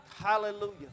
Hallelujah